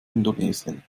indonesien